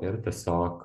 ir tiesiog